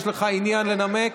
יש לך עניין לנמק?